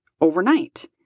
overnight